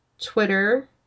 twitter